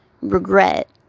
regret